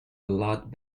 lot